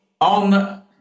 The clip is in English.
on